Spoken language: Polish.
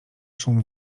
szum